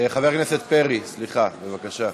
פרי, בבקשה.